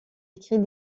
écrit